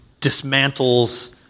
dismantles